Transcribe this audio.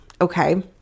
okay